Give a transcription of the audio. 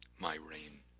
my rain,